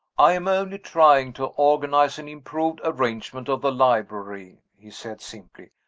i am only trying to organize an improved arrangement of the library, he said, simply.